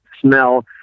smell